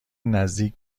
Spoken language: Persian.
نزدیک